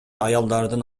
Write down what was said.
аялдардын